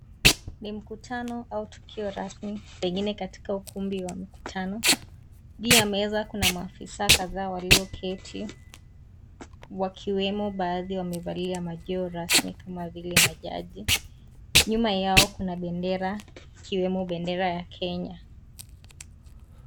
Ni mkutano au tukio rasmi pengine katikika ukumbi wa mikutano pia meza kuna maofisa kadhaa walioketi wakiwemo baadhi wamevalia macheo rasmi kama vile majaji, nyuma yao kuna bendera ikiwemo bendera ya Kenya.